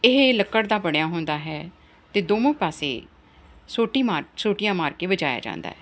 ਇਹ ਲੱਕੜ ਦਾ ਬਣਿਆ ਹੁੰਦਾ ਹੈ ਅਤੇ ਦੋਵਾਂ ਪਾਸੇ ਸੋਟੀ ਮਾਰ ਸੋਟੀਆਂ ਮਾਰ ਕੇ ਵਜਾਇਆ ਜਾਂਦਾ ਹੈ